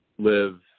live